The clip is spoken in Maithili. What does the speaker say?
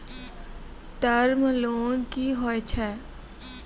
टर्म लोन कि होय छै?